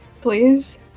Please